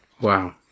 wow